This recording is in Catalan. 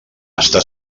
està